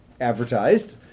advertised